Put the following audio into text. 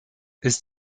ist